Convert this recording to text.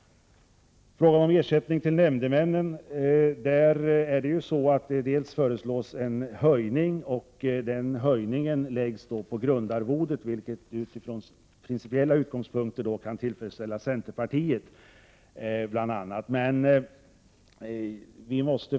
När det gäller ersättning till nämndemännen föreslås en höjning av grundarvodet, vilket från principiella utgångspunkter kan tillfredsställa bl.a. centerpartiet.